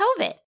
COVID